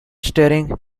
staring